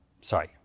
sorry